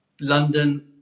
London